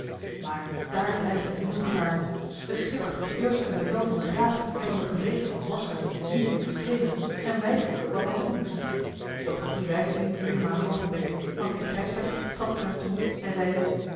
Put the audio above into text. maar daar dreigde een nieuw gevaar de schipper durfde een bevel van den graaf en van den gevreesden van borselen niet weerstreven en weifelde wat hij doen moest doch die weifeling duurde maar een oogenblik want heer gijsbrecht trad op hem toe en zeide